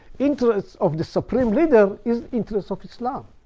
interests of the supreme leader is interests of islam.